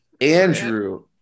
Andrew